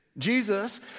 Jesus